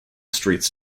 streets